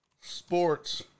sports